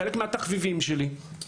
חלק מהתחביבים שלי.